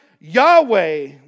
Yahweh